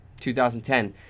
2010